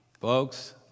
Folks